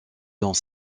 dans